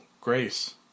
Grace